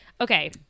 Okay